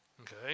Okay